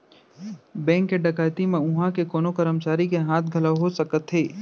bank के डकैती म उहां के कोनो करमचारी के हाथ घलौ हो सकथे